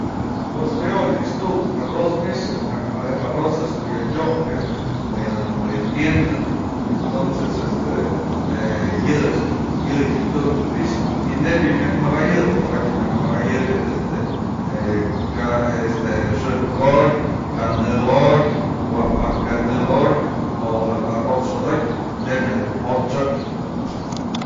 Pues jayo'ya ech tukya arroz ni'ixa, je arroz a'ax dun tyopyë më yë më yë tiendan, entonces este yë yëy ech dun tukya dun i'ixë y nebyë yë myajk mëkayëp, tokatyë myaj mëkayëp este ka este xëjkë jotyë, kanë jotyë, waj pajka'anë jotyë o jaka arroz xo'odotyë nebya najk dun mjo'ot t'syok.